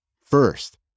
First